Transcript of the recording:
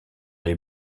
les